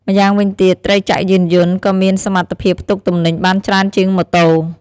ម្យ៉ាងវិញទៀត ត្រីចក្រយានយន្តក៏មានសមត្ថភាពផ្ទុកទំនិញបានច្រើនជាងម៉ូតូ។